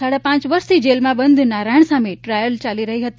સાડા પાંચ વર્ષથી જેલમાં બંધ નારાયણ સામે ટ્રાયલ ચાલી રહી હતી